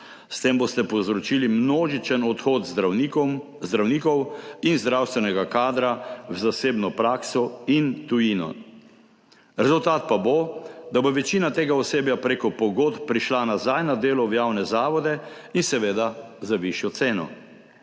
S tem boste povzročili množičen odhod zdravnikov in zdravstvenega kadra v zasebno prakso in tujino, rezultat pa bo, da bo večina tega osebja prek pogodb prišla nazaj na delo v javne zavode, seveda za višjo ceno.